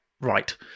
right